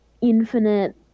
infinite